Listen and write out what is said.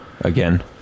again